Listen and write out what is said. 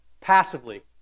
passively